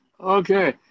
Okay